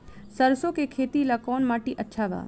सरसों के खेती ला कवन माटी अच्छा बा?